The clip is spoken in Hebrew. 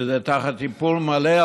שזה תחת איפול מלא,